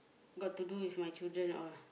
got to do with my children all